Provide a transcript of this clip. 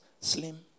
slim